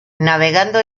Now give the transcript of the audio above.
navegando